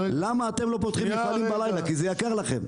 למה אתם לא פותחים בלילה כי זה יקר לכם.